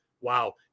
Wow